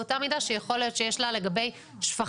באותה מידה שיכול להיות שיש לה לגבי שפכים.